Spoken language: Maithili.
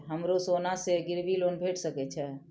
हमरो सोना से गिरबी लोन भेट सके छे?